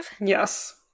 yes